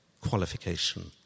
qualification